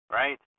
right